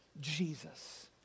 Jesus